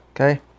okay